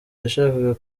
yashakaga